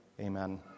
Amen